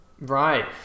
Right